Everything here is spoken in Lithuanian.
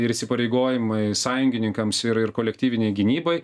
ir įsipareigojimai sąjungininkams ir ir kolektyvinei gynybai